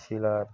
শিলার